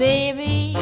Baby